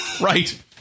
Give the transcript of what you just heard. Right